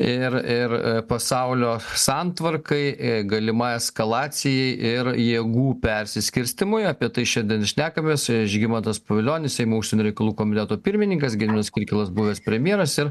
ir ir pasaulio santvarkai galimai eskalacijai ir jėgų persiskirstymui apie tai šiandien ir šnekmės žygimantas pavilionis seimo užsienio reikalų komiteto pirmininkas gediminas kirkilas buvęs premjeras ir